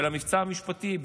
של המבצע המשפטי,